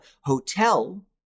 Hotel